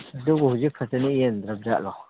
ꯑꯗꯨꯕꯨ ꯍꯧꯖꯤꯛ ꯐꯖꯅ ꯌꯦꯟꯗ꯭ꯔꯕ ꯖꯥꯠꯂꯣ